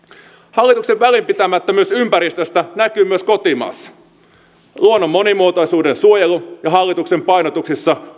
hallituksen välinpitämättömyys ympäristöstä näkyy myös kotimaassa luonnon monimuotoisuuden suojelu on hallituksen painotuksissa